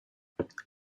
but